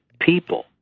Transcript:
people